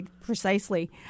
precisely